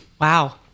wow